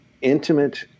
intimate